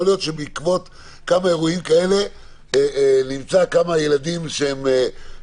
יכול להיות שבעקבות כמה אירועים כאלה נמצא כמה ילדים שהם